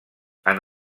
han